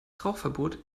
rauchverbot